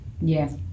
Yes